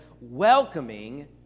welcoming